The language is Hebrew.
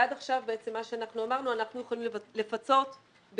עד עכשיו בעצם מה שאנחנו אמרנו זה שאנחנו יכולים לפצות בגין